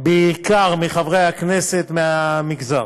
בעיקר מחברי הכנסת מהמגזר.